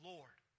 Lord